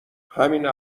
همین